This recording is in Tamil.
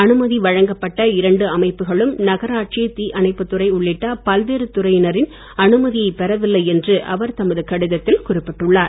அனுமதி வழங்கப்பட்ட இரண்டு அமைப்புகளும் நகராட்சி தீயணைப்புத்துறை உள்ளிட்ட பல்வேறு துறையினரின் அனுமதியை பெறவில்லை என்று அவர் தமது கடிதத்தில் குறிப்பிட்டுள்ளார்